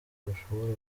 bashobora